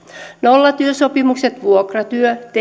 nollatyösopimukset vuokratyö